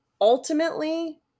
Ultimately